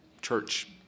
church